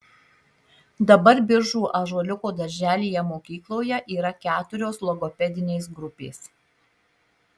dabar biržų ąžuoliuko darželyje mokykloje yra keturios logopedinės grupės